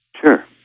Sure